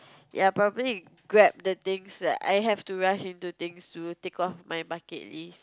ya probably grab the things that I have to rush into things to tick of my bucket list